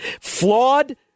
flawed